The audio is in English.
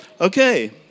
Okay